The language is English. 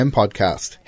podcast